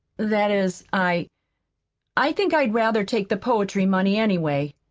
that is, i i think i'd rather take the poetry money, anyway,